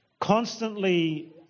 constantly